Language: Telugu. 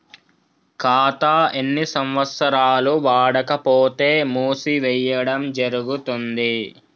ఖాతా ఎన్ని సంవత్సరాలు వాడకపోతే మూసివేయడం జరుగుతుంది?